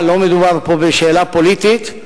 הממשלה: לא מדובר פה בשאלה פוליטית,